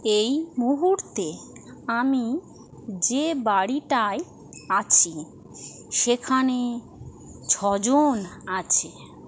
এই মুহূর্তে আমি যে বাড়িটায় আছি সেখানে ছ জন আছে